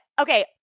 okay